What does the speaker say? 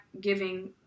giving